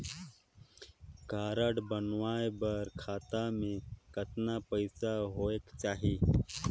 Card बनवाय बर खाता मे कतना पईसा होएक चाही?